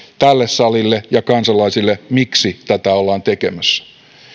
tälle salille ja kansalaisille miksi tätä ollaan tekemässä